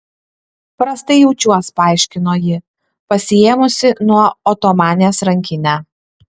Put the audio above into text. prastai jaučiuos paaiškino ji pasiėmusi nuo otomanės rankinę